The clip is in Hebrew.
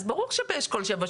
אז ברור שבאשכולות 7,